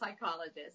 psychologist